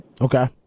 Okay